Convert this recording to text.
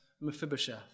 Mephibosheth